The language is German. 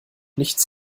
nichts